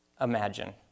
imagine